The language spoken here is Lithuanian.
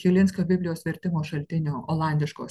chilinskio biblijos vertimo šaltinio olandiško